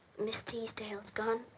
miss teasdale's gone,